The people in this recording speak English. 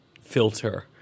filter